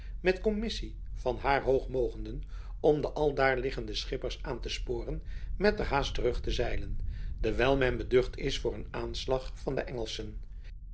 met kommissie van haar hoog mogenden om de aldaar liggende schippers aan te sporen metterhaast terug te zeilen dewijl men beducht is voor een aanslag van de engelschen